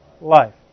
life